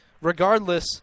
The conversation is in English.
Regardless